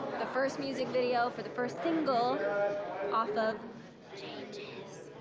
the first music video for the first single off of changes.